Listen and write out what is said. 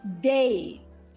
days